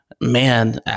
man